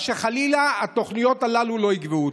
בכל דרך, שחלילה התוכניות הללו לא יגוועו.